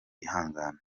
ihangane